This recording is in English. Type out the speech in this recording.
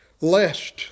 lest